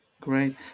great